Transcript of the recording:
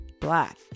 black